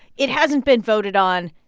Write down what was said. it hasn't been voted on.